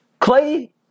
Clay